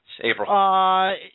April